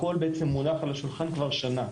הכול בעצם מונח על השולחן כבר שנה.